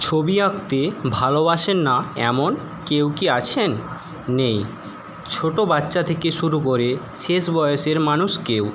ছবি আঁকতে ভালোবাসেন না এমন কেউ কি আছেন নেই ছোটো বাচ্চা থেকে শুরু করে শেষ বয়সের মানুষকেও